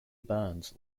burns